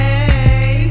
Hey